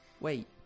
wait